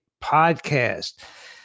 podcast